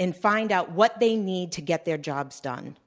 and find out what they need to get their jobs done.